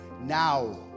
now